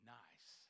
nice